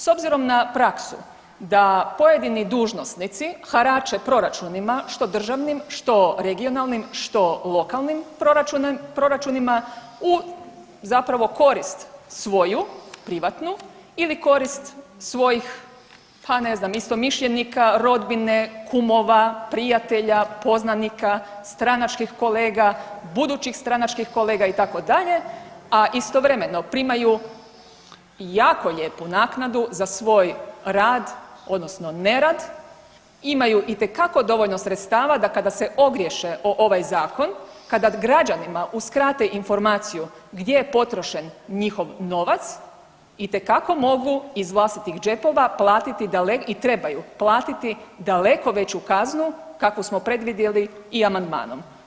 S obzirom na praksu da pojedini dužnosnici harače proračunima što državnim, što regionalnim, što lokalnim proračunima u zapravo korist svoju privatnu ili korist svojih, pa ne znam istomišljenika, rodbine, kumova, prijatelja, poznanika, stranačkih kolega, budućih stranačkih kolega itd., a istovremeno primaju jako lijepu naknadu za svoj rad odnosno nerad, imaju itekako dovoljno sredstava da kada se ogriješe o ovaj zakon, kada građanima uskrate informaciju gdje je potrošen njihov novac itekako mogu iz vlastitih džepova platiti i trebaju platiti daleko veću kaznu kakvu smo predvidjeli i amandmanom.